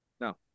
no